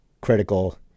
critical